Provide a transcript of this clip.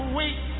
wait